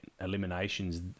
eliminations